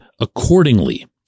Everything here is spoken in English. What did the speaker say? accordingly